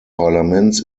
parlaments